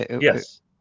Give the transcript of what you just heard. Yes